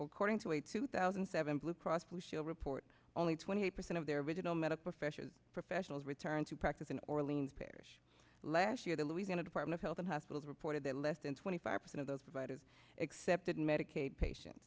according to a two thousand and seven blue cross blue shield report only twenty eight percent of their original met a professional professionals returned to practice in orleans parish last year the louisiana department of health and hospitals reported that less than twenty five percent of those provided accepted medicaid patient